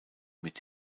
mit